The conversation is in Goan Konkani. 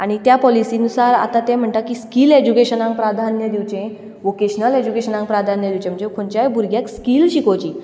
आनी त्या पॉलिसी अनुसार आतां ते म्हणटात की स्किल एज्युकेशनाक प्राधान्य दिवचें वॉकेशनल एज्युकेशनाक प्राधान्य दिवचें म्हणचे खंयच्याय भुरग्याक स्किल शिकोवची